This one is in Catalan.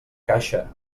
caixa